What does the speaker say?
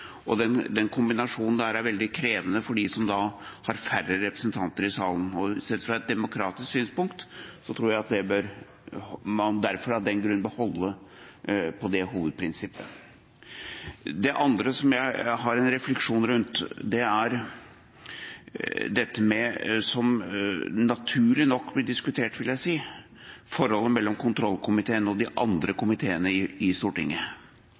komité. Den kombinasjonen er veldig krevende for dem som har færre representanter i salen. Og sett fra et demokratisk synspunkt, tror jeg man derfor av den grunn bør beholde det hovedprinsippet. Det andre som jeg har en refleksjon rundt, er det som naturlig nok blir diskutert, vil jeg si, forholdet mellom kontroll- og konstitusjonskomiteen og de andre komiteene i Stortinget.